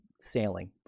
sailing